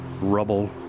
rubble